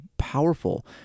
powerful